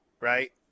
right